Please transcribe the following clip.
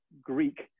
Greek